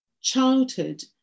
childhood